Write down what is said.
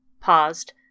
paused